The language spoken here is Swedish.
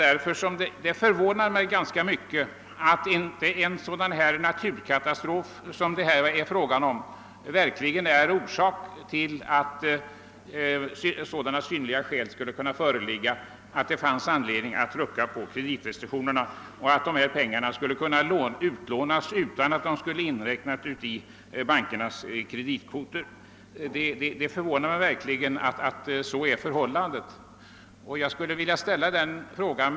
Det förvånar mig ganska mycket att en sådan naturkatastrof inte anses innebära att sådana synnerliga skäl föreligger att det finns anledning att rucka på kreditrestriktionerna, så att de här medlen skulle kunna utlånas utan att bli inräknade i bankernas kreditkvoter. Det förvånar mig att så är förhållandet.